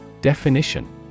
Definition